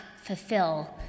fulfill